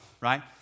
right